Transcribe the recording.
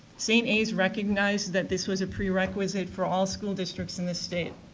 st. a's recognized that this was a prerequisite for all school districts in this state.